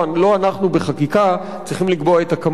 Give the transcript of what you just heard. לא אנחנו בחקיקה צריכים לקבוע את הכמות.